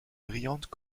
brillantes